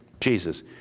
Jesus